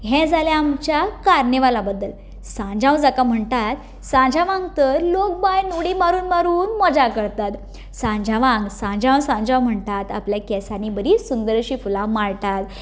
हें जालें आमच्या कार्नेवाला बद्दल सांजाव जाका म्हणटात सांजावाक तर लोक बांयन उडी मारून मारून मजा करतात सांजावाक सांजाव सांजाव म्हणटात आपल्या केसांनी बरीं अशीं सुंदर फुलां माळटात